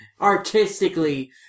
artistically